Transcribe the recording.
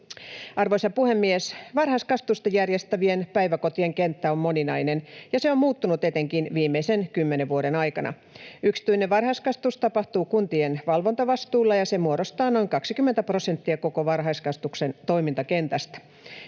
Arvoisa puhemies! Varhaiskasvatusta järjestävien päiväkotien kenttä on moninainen, ja se on muuttunut etenkin viimeisen kymmenen vuoden aikana. Yksityinen varhaiskasvatus tapahtuu kuntien valvontavastuulla, ja se muodostaa noin 20 prosenttia koko varhaiskasvatuksen toimintakentästä.